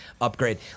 upgrade